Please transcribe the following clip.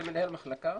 זה מנהל מחלקה?